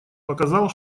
показал